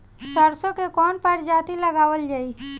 सरसो की कवन प्रजाति लगावल जाई?